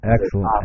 Excellent